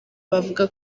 bavuga